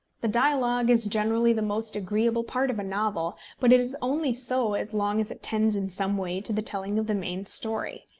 the dialogue is generally the most agreeable part of a novel but it is only so as long as it tends in some way to the telling of the main story.